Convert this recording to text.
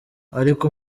ariko